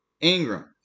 Ingram